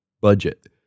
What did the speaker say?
budget